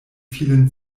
vielen